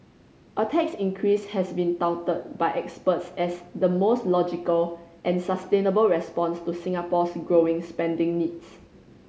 a tax increase has been touted by experts as the most logical and sustainable response to Singapore's growing spending needs